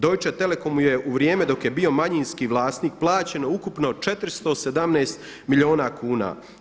Deutsche Telekomu je u vrijeme dok je bio manjinski vlasnik plaćeno ukupno 417 milijuna kuna.